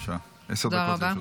עשר דקות לרשותך.